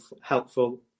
helpful